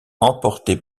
emporté